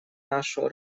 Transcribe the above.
нашу